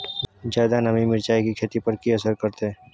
ज्यादा नमी मिर्चाय की खेती पर की असर करते?